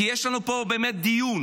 כי יש לנו פה באמת דיון.